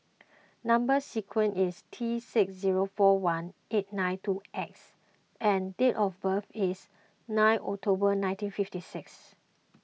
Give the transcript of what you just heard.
Number Sequence is T six zero four one eight nine two X and date of birth is nine October nineteen fifty six